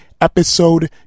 episode